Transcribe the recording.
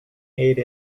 ate